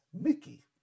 Mickey